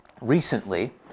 Recently